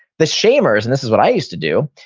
the shamers, and this is what i used to do,